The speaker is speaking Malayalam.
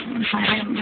സമയം എങ്ങനെയാണ്